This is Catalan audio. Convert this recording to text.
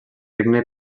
regne